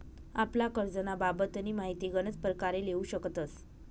आपला करजंना बाबतनी माहिती गनच परकारे लेवू शकतस